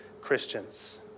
Christians